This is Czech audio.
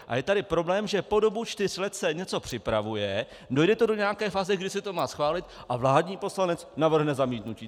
A je tady problém, že po dobu čtyř let se něco připravuje, dojde to do nějaké fáze, kdy se to má schválit, a vládní poslanec navrhne zamítnutí.